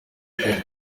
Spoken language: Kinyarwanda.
ben